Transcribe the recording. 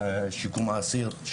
לשיקום האסיר,